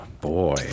Boy